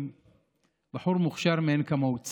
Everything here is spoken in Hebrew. בחור מוכשר מאין כמוהו.